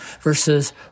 versus